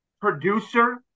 producer